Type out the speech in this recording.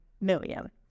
million